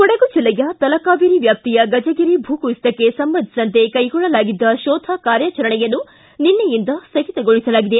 ಕೊಡಗು ಜಿಲ್ಲೆಯ ತಲಕಾವೇರಿ ವ್ಯಾಪ್ತಿಯ ಗಜಗಿರಿ ಭೂಕುಸಿತಕ್ಕೆ ಸಂಬಂಧಿಸಿದಂತೆ ಕೈಗೊಳ್ಳಲಾಗಿದ್ದ ಶೋಧ ಕಾರ್ಯಾಚರಣೆಯನ್ನು ನಿನ್ನೆಯಿಂದ ಸ್ವಗಿತಗೊಳಿಸಲಾಗಿದೆ